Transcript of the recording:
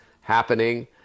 happening